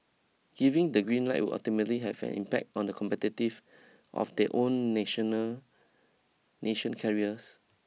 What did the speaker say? giving the green light would ultimately have an impact on the competitive of their own national national carriers